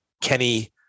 Kenny